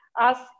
ask